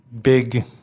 big